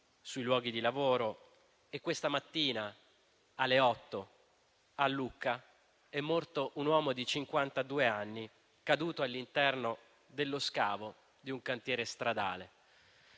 sui luoghi di lavoro. Questa mattina, alle ore 8, a Lucca, è morto un uomo di cinquantadue anni, caduto all'interno dello scavo di un cantiere stradale.